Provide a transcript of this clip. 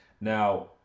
now